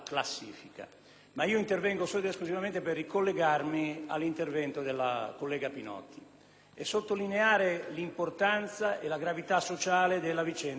Ma io intervengo solo ed esclusivamente per ricollegarmi all'intervento della collega Pinotti e sottolineare l'importanza e la gravità sociale della vicenda dell'amianto.